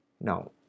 Now